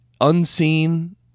unseen